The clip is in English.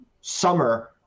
summer